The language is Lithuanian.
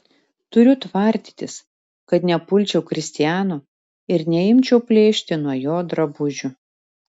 turiu tvardytis kad nepulčiau kristiano ir neimčiau plėšti nuo jo drabužių